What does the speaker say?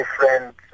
different